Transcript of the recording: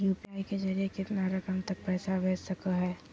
UPI के जरिए कितना रकम तक पैसा भेज सको है?